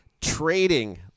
trading